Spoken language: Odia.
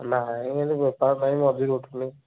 ନାଇ ଏମିତି ବେପାର ନାଇ ମଜୁରୀ ଉଠୁନି